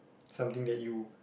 something that you